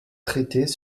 traités